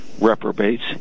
reprobates